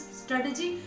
strategy